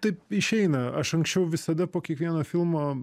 taip išeina aš anksčiau visada po kiekvieno filmo